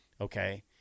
Okay